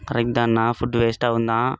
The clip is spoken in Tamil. கரெக்ட்தாங்கணா ஃபுட் வேஸ்ட்டாகுந்தான்